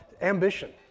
ambition